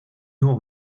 nur